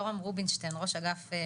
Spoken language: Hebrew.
כאילו,